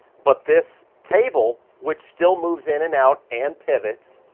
but this table, which still moves in and out and pivots,